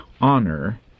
honor